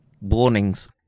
warnings